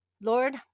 Lord